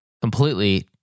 completely